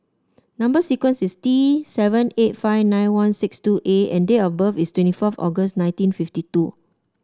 number sequence is T seven eight five nine one six two A and date of birth is twenty forth August nineteen fifty two